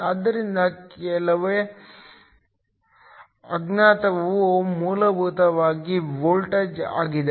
ಆದ್ದರಿಂದ ಕೇವಲ ಅಜ್ಞಾತವು ಮೂಲಭೂತವಾಗಿ ವೋಲ್ಟೇಜ್ ಆಗಿದೆ